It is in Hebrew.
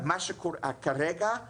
אז מה שקורה כרגע זה